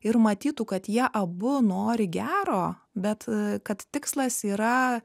ir matytų kad jie abu nori gero bet kad tikslas yra